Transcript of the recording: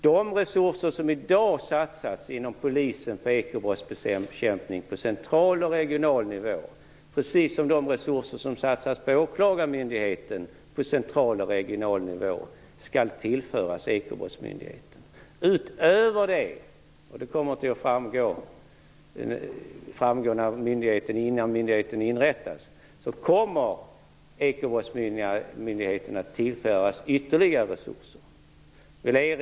De resurser inom polisen som i dag satsas på ekobrottsbekämpning på central och regional nivå, precis som de resurser som satsas på åklagarmyndigheten på central och regional nivå, skall tillföras ekobrottsmyndigheten. Utöver det - detta kommer att framgå innan myndigheten inrättas - kommer ekobrottsmyndigheten att tillföras ytterligare resurser.